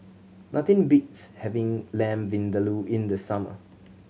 nothing beats having Lamb Vindaloo in the summer